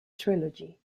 trilogy